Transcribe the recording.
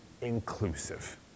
Inclusive